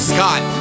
Scott